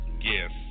Yes